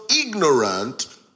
ignorant